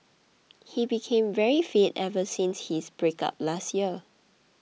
he became very fit ever since his breakup last year